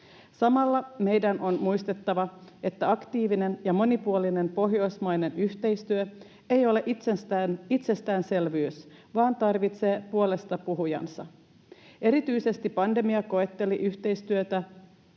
Samalla meidän on muistettava, että aktiivinen ja monipuolinen pohjoismainen yhteistyö ei ole itsestäänselvyys vaan tarvitsee puolestapuhujansa. Erityisesti pandemia koetteli yhteistyötä